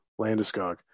Landeskog